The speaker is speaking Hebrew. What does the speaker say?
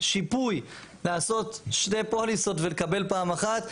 שיפוי לעשות שתי פוליסות ולקבל פעם אחת.